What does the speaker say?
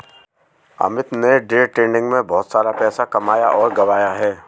अमित ने day trading में बहुत सारा पैसा कमाया और गंवाया है